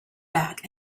back